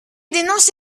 dénonce